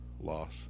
loss